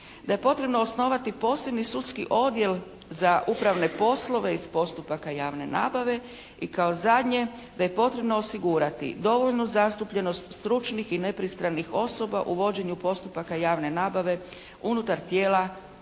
Da je potrebno osnovati posebni sudski odjel za upravne poslove iz postupaka javne nabave. I kao zadnje, da je potrebno osigurati dovoljnu zastupljenosti stručnih i nepristranih osoba u vođenju postupaka javne nabave unutar tijela koja